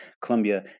Colombia